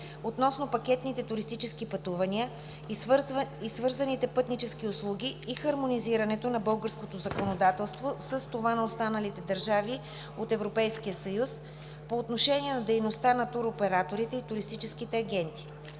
относно пакетните туристически пътувания и свързаните пътнически услуги и хармонизирането на българското законодателство с това на останалите държави от Европейския съюз по отношение на дейността на туроператорите и туристическите агенти.